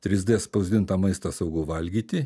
trys dė spausdintą maistą saugu valgyti